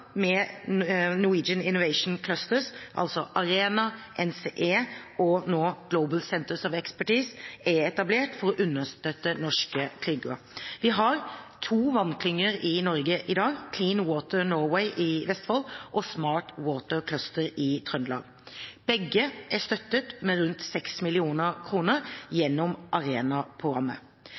Norwegian Innovation Clusters – Arena, NCE og nå Global Centers of Expertise – er etablert for å understøtte norske klynger. Vi har to vannklynger i Norge i dag – Clean Water Norway i Vestfold og Smart Water Cluster i Trøndelag. Begge er støttet med rundt